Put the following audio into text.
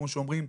כמו שאומרים,